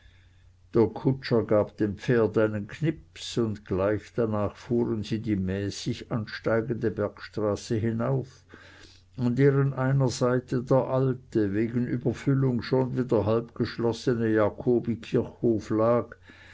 der kutscher gab dem pferd einen knips und gleich darnach fuhren sie die mäßig ansteigende bergstraße hinauf an deren einer seite der alte wegen überfüllung schon wieder halb geschlossene jakobikirchhof lag